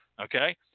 Okay